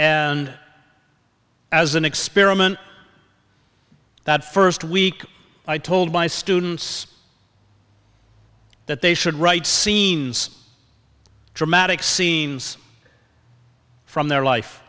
and as an experiment that first week i told my students that they should write scenes dramatic scenes from their life